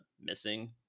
missing